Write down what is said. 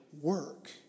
work